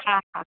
हा हा